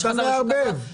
לכל מי שחזר לעבודה נתנו.